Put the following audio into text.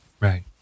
Right